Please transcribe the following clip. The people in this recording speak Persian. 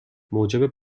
موجب